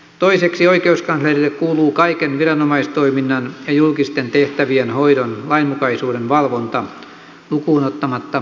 toiseksi oikeuskanslerille kuuluu kaiken viranomaistoiminnan ja julkisten tehtävien hoidon lainmukaisuuden valvonta lukuun ottamatta kansanedustajien toimintaa